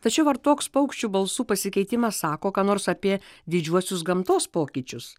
tačiau ar toks paukščių balsų pasikeitimas sako ką nors apie didžiuosius gamtos pokyčius